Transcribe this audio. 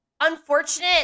unfortunate